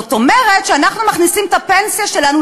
זאת אומרת שאנחנו מכניסים את הפנסיה שלנו